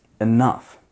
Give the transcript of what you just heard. enough